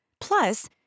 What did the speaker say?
Plus